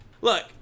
Look